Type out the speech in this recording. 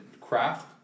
craft